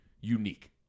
unique